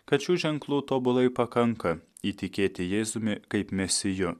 kad šių ženklų tobulai pakanka įtikėti jėzumi kaip mesiju